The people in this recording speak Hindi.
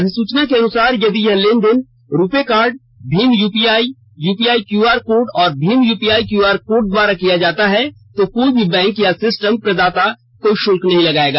अधिसूचना के अनुसार यदि यह लेनदेन रुपे कार्ड भीम UPI UPI Q R code और भीम यूपीआई क्यू आर कोर्ड द्वारा किया जाता है तो कोई भी बैंक या सिस्टम प्रदाता कोई शुल्क नहीं लगायेगा